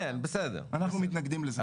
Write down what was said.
אנחנו מתנגדים לזה.